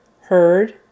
heard